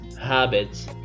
habits